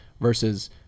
versus